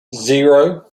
zero